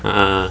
ah ah